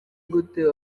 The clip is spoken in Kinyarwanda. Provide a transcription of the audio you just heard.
gute